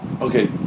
Okay